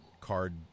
card